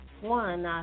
one